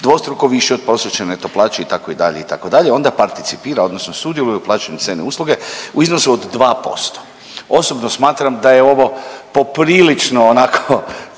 dvostruko više od prosječne neto plaće, itd., itd., onda participira odnosno sudjeluju u plaćanju cijene usluge u iznosu od 2%. Osobno smatram da je ovo poprilično onako